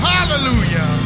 Hallelujah